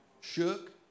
shook